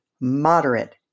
moderate